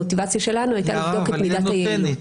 המוטיבציה שלנו הייתה לבדוק את מידת היעילות.